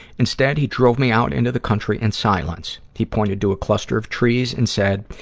instead, he drove me out into the country in silence. he pointed to a cluster of trees and said,